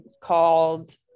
called